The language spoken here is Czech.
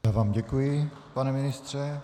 Já vám děkuji, pane ministře.